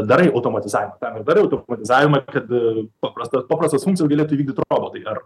darai automatizavimą tam ir darai automatizavimą kad paprastas paprastas funkcijas galėtų įvykdyt robotai ar